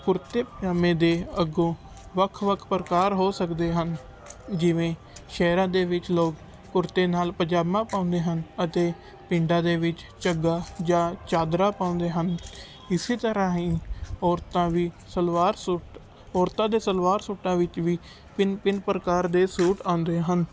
ਕੁੜਤੇ ਪਜਾਮੇ ਦੇ ਅੱਗੋਂ ਵੱਖ ਵੱਖ ਪ੍ਰਕਾਰ ਹੋ ਸਕਦੇ ਹਨ ਜਿਵੇਂ ਸ਼ਹਿਰਾਂ ਦੇ ਵਿੱਚ ਲੋਕ ਕੁੜਤੇ ਨਾਲ ਪਜਾਮਾ ਪਾਉਂਦੇ ਹਨ ਅਤੇ ਪਿੰਡਾਂ ਦੇ ਵਿੱਚ ਝੱਗਾ ਜਾਂ ਚਾਦਰਾ ਪਾਉਂਦੇ ਹਨ ਇਸ ਤਰ੍ਹਾ ਹੀ ਔਰਤਾਂ ਵੀ ਸਲਵਾਰ ਸੂਟ ਔਰਤਾਂ ਦੇ ਸਲਵਾਰ ਸੂਟਾਂ ਵਿੱਚ ਵੀ ਭਿੰਨ ਭਿੰਨ ਪ੍ਰਕਾਰ ਦੇ ਸੂਟ ਆਉਂਦੇ ਹਨ